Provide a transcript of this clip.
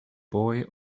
boy